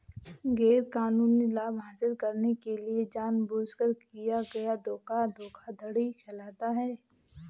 गैरकानूनी लाभ हासिल करने के लिए जानबूझकर किया गया धोखा धोखाधड़ी कहलाता है